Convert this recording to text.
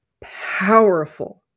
powerful